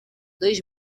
dois